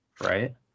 Right